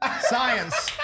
science